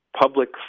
public